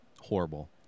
Horrible